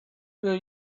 will